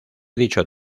dicho